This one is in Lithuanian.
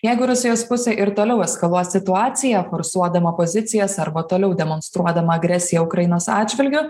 jeigu rusijos pusė ir toliau eskaluos situaciją forsuodama pozicijas arba toliau demonstruodama agresiją ukrainos atžvilgiu